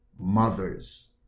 mothers